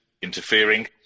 interfering